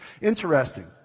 Interesting